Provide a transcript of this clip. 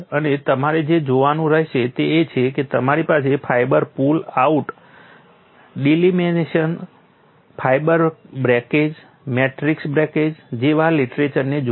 અને તમારે જે જોવાનું રહેશે તે એ છે કે તમારી પાસે fibre pull out delamination fibre breakage matrix breakage જેવા લીટરેચરને જુઓ